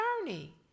journey